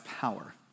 power